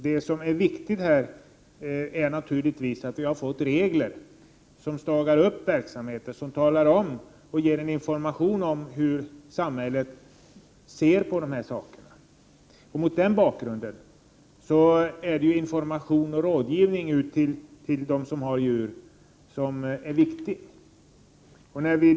Det viktiga är naturligtvis att vi har fått regler som stagar upp verksamheten och talar om och ger information om hur samhället ser på dessa företeelser. Mot den bakgrunden är det viktigt att de som har djur får information och rådgivning.